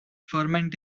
ferment